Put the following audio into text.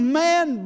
man